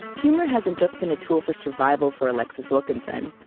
humor hasn't just been a tool for survival for alexis wilkinson,